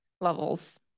levels